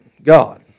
god